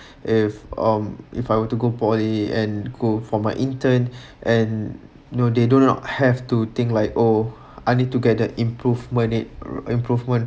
if um if I were to go poly and go for my intern and you know they do not have to think like oh I need to get the improvement it improvement